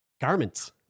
garments